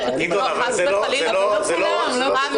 אבל גדעון, זה לא בכל מקום.